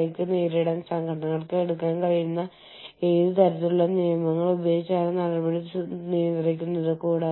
നിങ്ങൾ നിലവിലുള്ള സംരംഭങ്ങൾ സ്വന്തമാക്കുകയും നിങ്ങൾ അവയെ വേർപെടുത്തുകയോ അല്ലെങ്കിൽ അവയെ നിയന്ത്രിക്കുകയോ ചെയ്യുക എന്നതാണ്